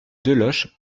deloche